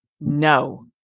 no